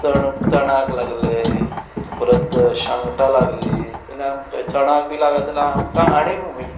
चणक चणाक लागले परत शांगटां लागली जाल्यार आमकां चणाक बी लागत जाल्यार आमकां आनी उमेद